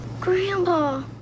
Grandpa